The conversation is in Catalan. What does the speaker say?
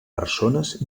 persones